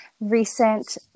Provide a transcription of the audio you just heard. recent